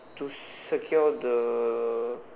to secure the